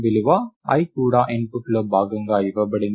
విలువ i కూడా ఇన్పుట్లో భాగంగా ఇవ్వబడింది